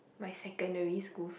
my secondary school f~